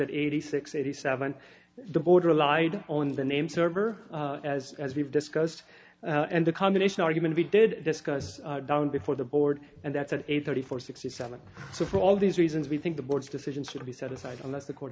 at eighty six eighty seven the border lied on the name server as as we've discussed and the combination argument we did discuss down before the board and that's at eight thirty four sixty seven so for all these reasons we think the board's decision should be set aside on this the court